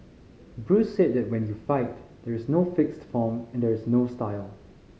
Bruce said that when you fight there is no fixed form and there is no style